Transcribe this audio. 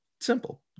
Simple